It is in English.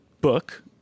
book